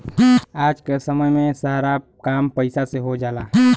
आज क समय में सारा काम पईसा से हो जाला